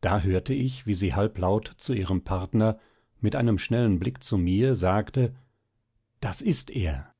da hörte ich wie sie halblaut zu ihrem partner mit einem schnellen blick zu mir sagte das ist er